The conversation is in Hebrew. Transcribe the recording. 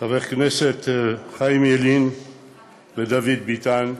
חברי הכנסת חיים ילין ודוד ביטן,